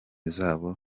zabo